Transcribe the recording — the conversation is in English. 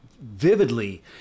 vividly